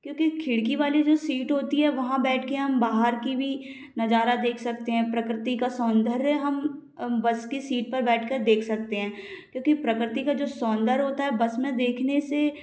क्योंकि खिड़की वाली सीट होती है वहाँ बैठ के हम बाहर की भी नज़ारा देख सकते है प्रकृति का सौन्दर्य हम बस की सीट पर बैठकर देख सकते है क्योंकि प्रकृति का जो सौन्दर्य होता है बस में देखने से